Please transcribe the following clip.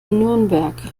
nürnberg